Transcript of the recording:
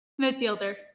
midfielder